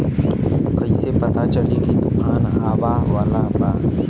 कइसे पता चली की तूफान आवा वाला बा?